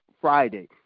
Friday